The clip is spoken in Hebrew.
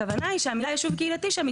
הכוונה היא שהמילה יישוב קהילתי שם היא